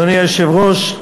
אדוני היושב-ראש,